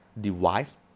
device